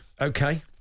Okay